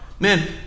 man